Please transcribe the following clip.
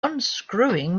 unscrewing